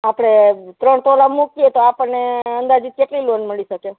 આપણે ત્રણ તોલા મૂકીએ તો આપણને અંદાજિત કેટલી લોન મળી શકે